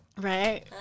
Right